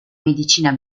medicina